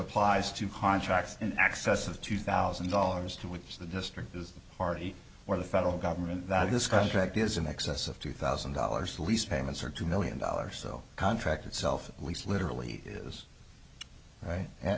applies to contracts in excess of two thousand dollars to which the district is the party or the federal government that this contract is in excess of two thousand dollars lease payments are two million dollars so contract itself lease literally is right and